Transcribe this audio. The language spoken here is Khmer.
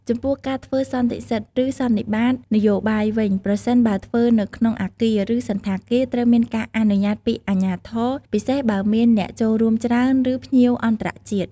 ចំពោះការធ្វើសន្និសិទ ឬសន្និបាតនយោបាយវិញ ប្រសិនបើធ្វើនៅក្នុងអាគារ ឬសណ្ឋាគារ ត្រូវមានការអនុញ្ញាតពីអាជ្ញាធរ ពិសេសបើមានអ្នកចូលរួមច្រើន ឬភ្ញៀវអន្តរជាតិ។